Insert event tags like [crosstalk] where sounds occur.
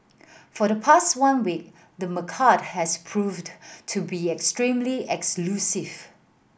for the past one week the [unintelligible] has proved to be extremely elusive